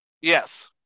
Yes